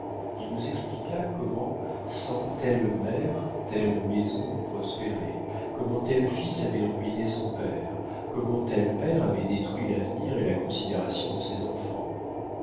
il nous expliqua comment sans telle mère telle maison eût prospéré comment tel fils avait ruiné son père comment tel père avait détruit l'avenir et la considération de ses enfants